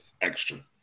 extra